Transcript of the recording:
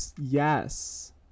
Yes